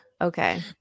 Okay